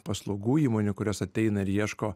paslaugų įmonių kurios ateina ir ieško